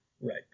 Right